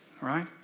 right